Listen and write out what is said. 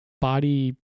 body